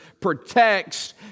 protects